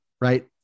right